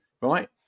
right